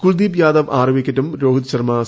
കുൽദീപ് യാദവ് ആറ് വിക്കറ്റും രോഹിത് ശർമ്മ നേടി